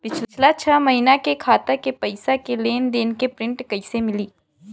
पिछला छह महीना के खाता के पइसा के लेन देन के प्रींट कइसे मिली?